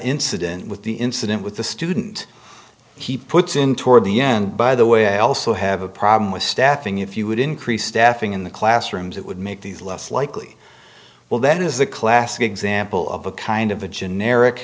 incident with the incident with the student he puts in toward the end by the way i also have a problem with staffing if you would increase staffing in the classrooms it would make these less likely well that is the classic example of a kind of a generic